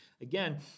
Again